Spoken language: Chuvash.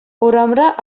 урамра